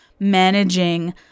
managing